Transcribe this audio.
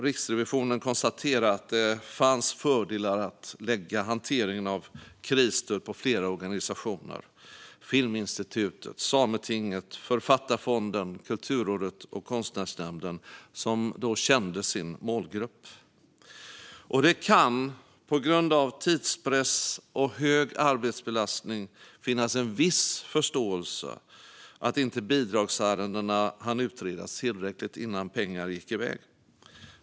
Riksrevisionen konstaterar att det fanns fördelar med att lägga hanteringen av krisstöd på flera organisationer - Filminstitutet, Sametinget, Författarfonden, Kulturrådet och Konstnärsnämnden - som kände sina målgrupper. Och det kan finnas en viss förståelse för att bidragsärendena, på grund av tidspress och hög arbetsbelastning, inte hann utredas tillräckligt innan pengar gick iväg.